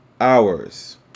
hours